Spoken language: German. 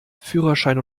führerschein